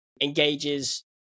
engages